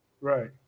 Right